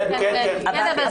כן, כן.